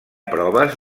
proves